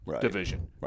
division